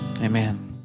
Amen